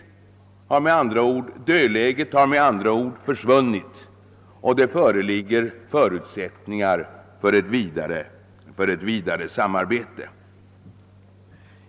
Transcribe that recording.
Dödläget har med andra ord försvunnit, och det föreligger förutsättningar för ett vidare samarbete.